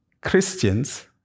Christians